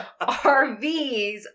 RVs